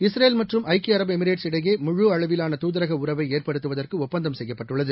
Israel மற்றும் ஐக்கிய Emirates இடையே முழுஅளவிலான தூதரகஉறவைஏற்படுத்துவதற்குஒப்பந்தம் செய்யப்பட்டுள்ளது